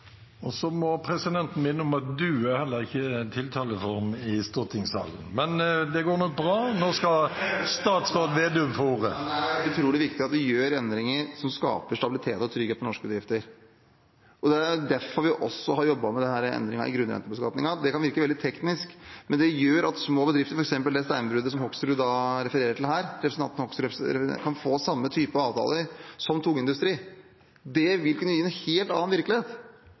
må også minne om at du ikke er en tiltaleform i stortingssalen. Det er helt utrolig viktig at vi gjør endringer som skaper stabilitet og trygghet for norske bedrifter. Det er derfor vi har jobbet med denne endringen i grunnrentebeskatningen. Det kan virke veldig teknisk, men det gjør at små bedrifter som det steinbruddet representanten Hoksrud refererer til her, kan få samme typen avtaler som tungindustri. Det vil kunne gi en helt annen virkelighet.